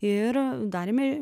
ir darėme